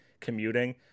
commuting